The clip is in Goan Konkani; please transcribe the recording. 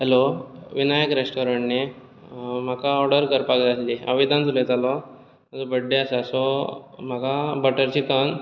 हॅलो विनायक रॅश्टोरण्ट न्ही म्हाका ऑर्डर करपाक जाय आसली हांव वेदांत उलयतालो म्हजो बर्थडे आसा सो म्हाका बटर चिकन